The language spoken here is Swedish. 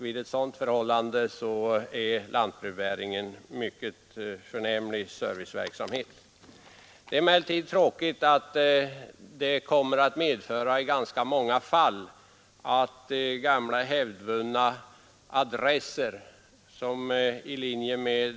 Vid ett sådant förhållande är lantbrevbäringen en mycket förnämlig service. Det är emellertid tråkigt att den ökade lantbrevbäringen i ganska många fall medför att hävdvunna adresser försvinner. Bl.